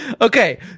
Okay